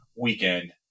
weekend